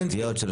שלוש?